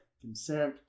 Consent